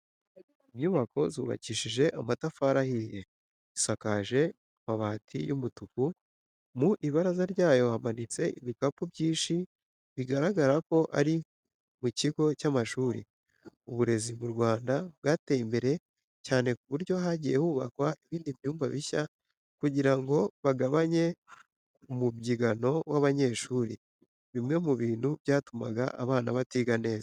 Inyubako zubakishije amatafari ahiye isakaje amabati y'umutuku, mu ibaraza ryayo hamanitse ibikapu byinshi bigaragara ko ari mu kigo cy'amashuri. Uburezi mu Rwanda bwateye imbere cyane ku buryo hagiye hubakwa ibindi byumba bishya kugira ngo bagabanye umubyigano w'abanyeshuiri, bimwe mu bintu byatumaga abana batiga neza.